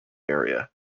area